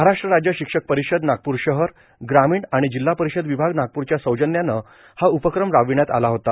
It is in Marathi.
महाराष्ट्र राज्य शिक्षक परिषद नागपूर शहर ग्रामीण आणि जिल्हा परिषद विभाग नागपूरच्या सौजव्यानं हा उपकम राबविण्यात आला होता